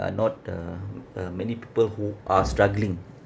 are not uh uh many people who are struggling